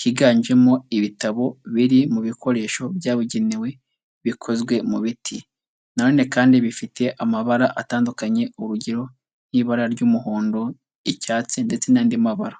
higanjemo ibitabo biri mu bikoresho byabugenewe bikozwe mu biti, nanone kandi bifite amabara atandukanye urugero nk'ibara ry'umuhondo, icyatsi ndetse n'andi mabara.